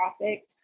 topics